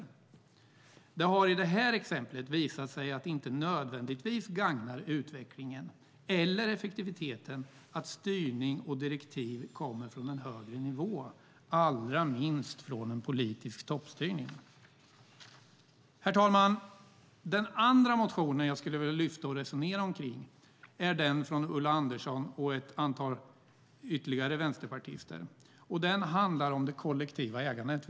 I det här exemplet har det visat sig att det inte nödvändigtvis gagnar utvecklingen eller effektiviteten att styrning och direktiv kommer från en högre nivå, allra minst från en politisk toppstyrning. Herr talman! Den andra motionen jag vill lyfta fram och resonera kring är från Ulla Andersson och ytterligare ett antal vänsterpartister. Den handlar om det kollektiva ägandet.